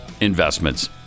investments